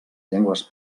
llengües